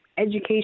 Education